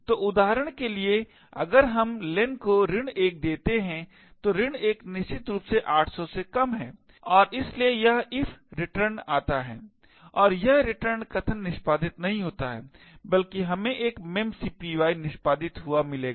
तो उदाहरण के लिए अगर हम len को 1 देते हैं तो 1 निश्चित रूप से 800 से कम है और इसलिए यह if रिटर्न आता है और यह रिटर्न कथन निष्पादित नहीं होता है बल्कि हमें एक memcpy निष्पादित किया हुआ मिलेगा